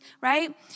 right